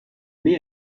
mai